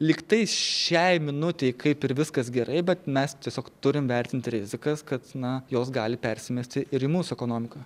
lyg tai šiai minutei kaip ir viskas gerai bet mes tiesiog turim vertinti rizikas kad na jos gali persimesti ir į mūsų ekonomiką